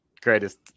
greatest